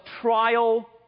trial